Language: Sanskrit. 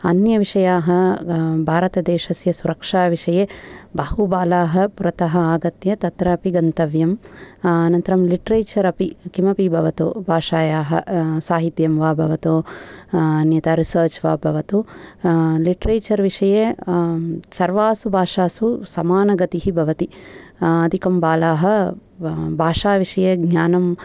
अन्यविषया भारतदेशस्य सुरक्षा विषये बहुबाला पुरत आगत्य तत्रापि गन्तव्यम् अनन्तरं लिटरेचर् अपि किमपि भवतु भाषाया साहित्यं वा भवतु अन्यथा रिसर्च् वा भवतु लिटरेचर् विषये सर्वासु भाषासु समानगति भवति अधिकं बाला भाषाविषये ज्ञानं